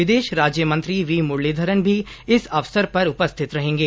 विदेश राज्यमंत्री वी मुरलीधरण भी इस अवसर पर उपस्थित रहेंगे